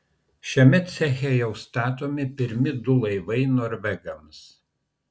šiame ceche jau statomi pirmi du laivai norvegams